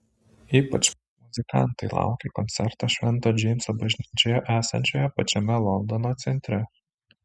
ypač muzikantai laukia koncerto švento džeimso bažnyčioje esančioje pačiame londono centre